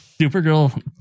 Supergirl